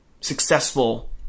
successful